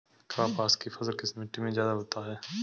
कपास की फसल किस मिट्टी में ज्यादा होता है?